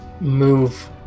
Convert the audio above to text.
move